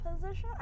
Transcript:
position